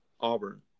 Auburn